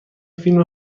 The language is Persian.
فیلم